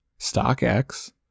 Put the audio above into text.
StockX